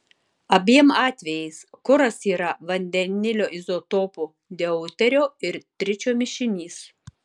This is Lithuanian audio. abiem atvejais kuras yra vandenilio izotopų deuterio ir tričio mišinys